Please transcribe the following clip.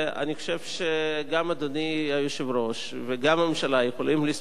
אני חושב שגם אדוני היושב-ראש וגם הממשלה יכולים לסמוך על